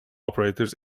operators